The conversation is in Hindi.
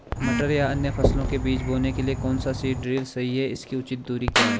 मटर या अन्य फसलों के बीज बोने के लिए कौन सा सीड ड्रील सही है इसकी उचित दूरी क्या है?